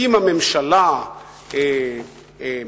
אם הממשלה מפשלת,